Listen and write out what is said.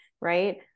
right